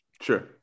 Sure